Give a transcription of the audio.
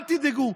אל תדאגו.